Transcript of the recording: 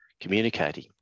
communicating